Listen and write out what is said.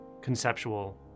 conceptual